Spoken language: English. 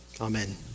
Amen